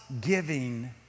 giving